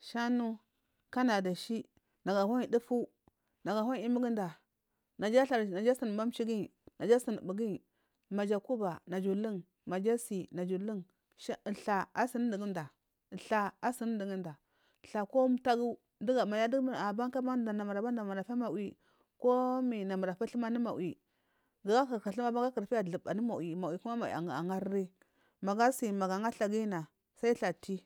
Shanu kanadashi nagu ahuwan dufu nagu ahuktsa yimguda naja asun mamchi giyi naja asuni mbugunyi maja akuba naja ulan maja asi naja lung sha thar asun mduguda thar asun mduguda thar ko umtagu kuma manamur afu mawu komi namur afutham anu mawi ndu akuri futhamban gafuri anu mawi mawi kuma mawi angari magu asi magu anga mawgunyi na naja angari sai tha atah